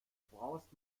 braust